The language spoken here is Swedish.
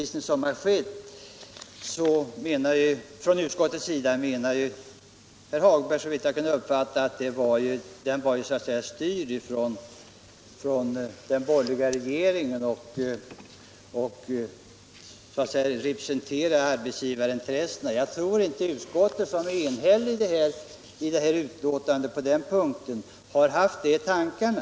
Såvitt jag kunde uppfatta menade herr Hagberg att utskottets redovisning så att säga var styrd av den borgerliga regeringen och att den representerade arbetsgivarintressena. Men jag tror inte att man kan påstå att utskottet, som var enhälligt på den här punkten, har haft något sådant i tankarna.